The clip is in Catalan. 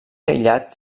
aïllat